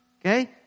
Okay